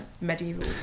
medieval